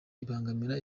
ibangamira